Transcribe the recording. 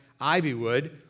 Ivywood